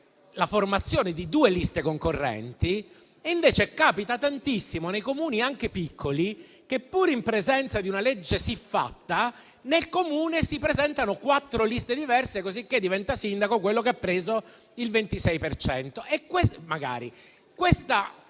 la formazione di due liste concorrenti, mentre capita tantissimo nei Comuni, anche piccoli, che, pur in presenza di una legge siffatta, si presentino quattro liste diverse, cosicché diventa sindaco chi ha preso il 26